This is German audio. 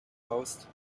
baust